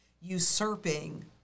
usurping